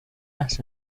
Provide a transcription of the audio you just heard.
las